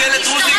דעתה.